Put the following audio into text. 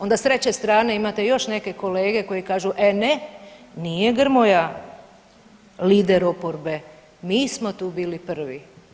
Onda s treće strane imate još neke kolege koji kažu e ne, nije Grmoja lider oporbe, mi smo tu bili prvi.